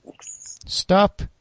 Stop